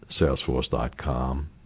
Salesforce.com